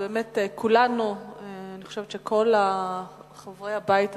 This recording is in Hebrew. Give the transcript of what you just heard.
באמת כולנו, אני חושבת שכל חברי הבית הזה,